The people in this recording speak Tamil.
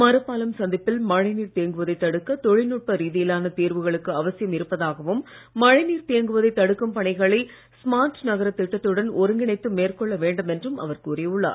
மரப்பாலம் சந்திப்பில் மழைநீர் தேங்குவதை தடுக்க தொழில்நுட்ப ரீதியிலான தீர்வுகளுக்கு அவசியம் இருப்பதாகவும் மழைநீர் தேங்குவதை தடுக்கும் பணிகளை ஸ்மார்ட் நகரத் திட்டத்துடன் ஒருங்கிணைத்து மேற்கொள்ள வேண்டும் என்றும் அவர் கூறியுள்ளார்